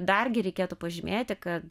dargi reikėtų pažymėti kad